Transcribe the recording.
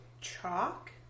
chalk